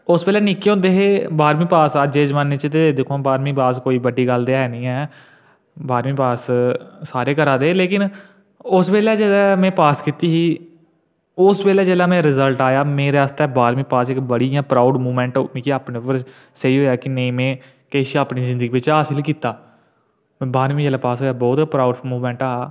उस बैल्ले निक्के होंदे बाहरमी पास अज्ज दे जमाने च दिक्खो हां बाह्रमी पास कोई बड़ी गल्ल ते है नी ऐ बाहरमी पास सारे करा दे लैकिन उस बैल्ले में पास किती ही उस बैल्ले जेल्लै मेरा रिजल्ट आया हा उस बैल्ले बाहरमी पास इक बडी गै प्राउड़ मूवमेंट मिगी अपने उप्पर स्हेई हौया कि नेई में किश हां में अपनी जिदंगी च किश हासल किता बाह्रमी जेले पास हौया बहुत ही प्राउड़ मूवमेंट हा